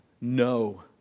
No